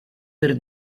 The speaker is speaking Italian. per